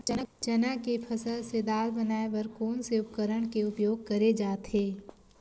चना के फसल से दाल बनाये बर कोन से उपकरण के उपयोग करे जाथे?